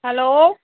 hello